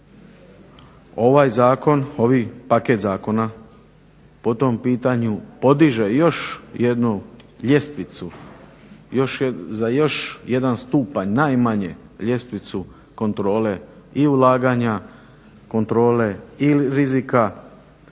Ovaj zakon, ovaj paket zakona po tom pitanju podiže još jednu ljestvicu za još jedan stupanj najmanje ljestvicu kontrole i ulaganja kontrole i rizika i još